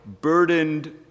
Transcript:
burdened